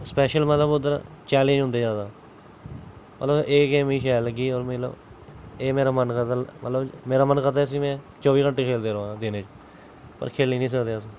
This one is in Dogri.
स्पैशल मतलब उद्धर चैलिंज होंदे ज्यादा अगर मतलब एह् गेम मिगी शैल लग्गी मतलब एह् मेरा मन करदा मतलब मेरा मन करदा इसी में चौबी घैंटे खेलदे रोआं दिनें पर खेली नी सकदे अस